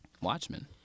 Watchmen